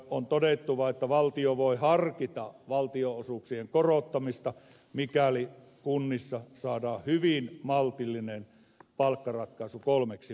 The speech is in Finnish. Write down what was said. on todettu vaan että valtio voi harkita valtionosuuksien korottamista mikäli kunnissa saadaan hyvin maltillinen palkkaratkaisu kolmeksi vuodeksi